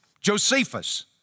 Josephus